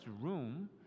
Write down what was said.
room